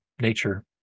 nature